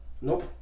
Nope